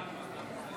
נגד.